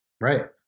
Right